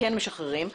כן משחררים.